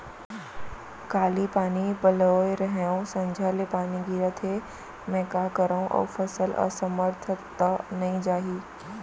काली पानी पलोय रहेंव, संझा ले पानी गिरत हे, मैं का करंव अऊ फसल असमर्थ त नई जाही?